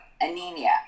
anemia